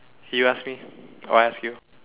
you ask me or I ask you